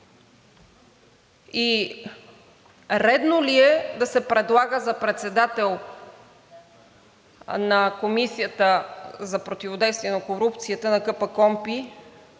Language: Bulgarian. Редно ли е да се предлага за председател на КПКОНПИ